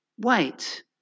Wait